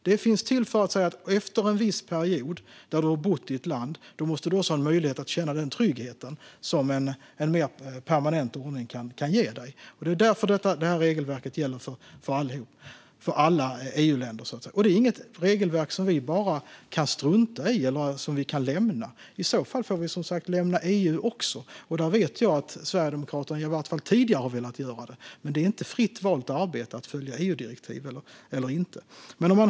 Det finns till för att du efter att ha bott en viss period i ett land måste få möjlighet att känna den trygghet som en mer permanent ordning kan ge dig. Det är därför regelverket gäller för alla EU-länder. Det är inte ett regelverk som vi kan strunta i eller som vi kan lämna. I så fall får vi lämna EU också. Jag vet att Sverigedemokraterna har velat göra det tidigare, men det är inte fritt valt arbete att följa EU-direktiv eller inte.